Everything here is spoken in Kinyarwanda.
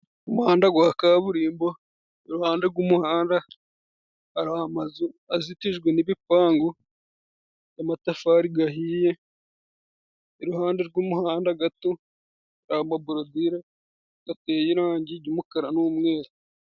Umuhanda wa kaburimbo, iruhande rw'umuhanda hari amazu azitijwe n'ibipangu by'amatafari ahiye, iruhande rw'umuhanda gato hari amaborodile ateye irangi ry' umukara n'umweru.